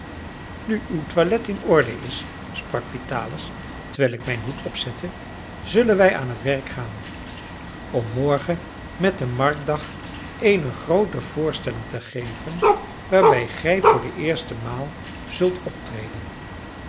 nu uw toilet in orde is sprak vitalis terwijl ik mijn hoed opzette zullen wij aan het werk gaan om morgen met den marktdag eene groote voorstelling te geven waarbij gij voor de eerste maal zult optreden